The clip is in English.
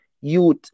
youth